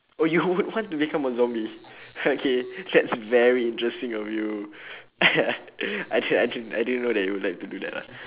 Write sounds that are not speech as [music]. oh you would want to become a zombie okay that's very interesting of you [breath] [laughs] I didn't I didn't I didn't know that you would like to do that lah